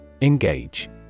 Engage